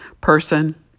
person